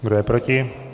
Kdo je proti?